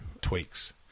tweaks